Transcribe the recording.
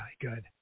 good